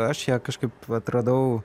aš ją kažkaip atradau